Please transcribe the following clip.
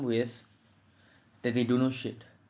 with that they don't know shit